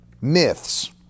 myths